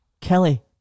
Kelly